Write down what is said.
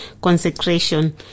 consecration